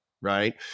right